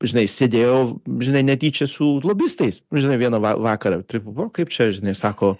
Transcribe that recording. žinai sėdėjau žinai netyčia su lobistais žinai vieną va vakarą taip buvo kaip čia žinai sako